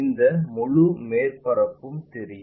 இந்த முழு மேற்பரப்பும் தெரியும்